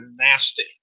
nasty